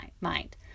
mind